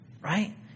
Right